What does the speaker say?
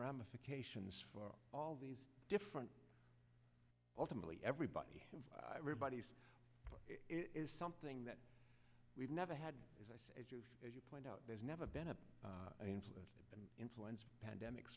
ramifications for all these different ultimately everybody everybody's is something that we've never had as i say as you point out there's never been a lot of influence pandemic